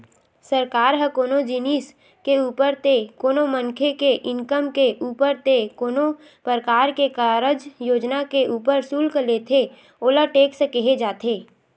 सरकार ह कोनो जिनिस के ऊपर ते कोनो मनखे के इनकम के ऊपर ते कोनो परकार के कारज योजना के ऊपर सुल्क लेथे ओला टेक्स केहे जाथे